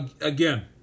Again